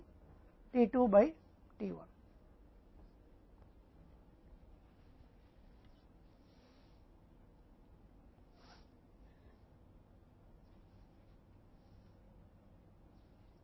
तो एक बार फिर से इसी तरह के त्रिभुजों में से IM by s भी t 2 से t 1 के बराबर है